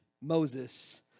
Moses